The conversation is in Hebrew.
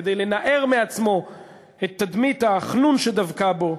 כדי לנער מעצמו את תדמית החנון שדבקה בו.